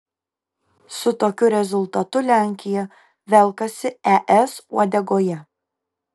su tokiu rezultatu lenkija velkasi es uodegoje